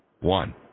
One